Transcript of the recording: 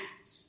act